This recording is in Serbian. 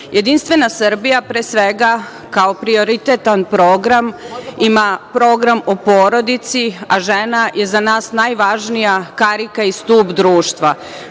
Srbije. Jedinstvena Srbija, pre svega, kao prioritetan program ima program o porodici, a žena je za nas najvažnija karika i stub društva.